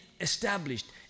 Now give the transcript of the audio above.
established